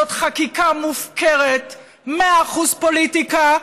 זאת חקיקה מופקרת, מאה אחוז פוליטיקה,